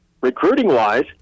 recruiting-wise